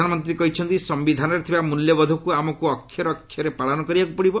ପ୍ରଧାନମନ୍ତ୍ରୀ କହିଛନ୍ତି ସମ୍ଭିଧାନରେ ଥିବା ମ୍ବଲ୍ୟବୋଧକ୍ତ ଆମକ୍ର ଅକ୍ଷରେ ଅକ୍ଷରେ ପାଳନ କରିବାକୃ ହେବ